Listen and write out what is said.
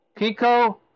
Kiko